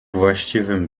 właściwym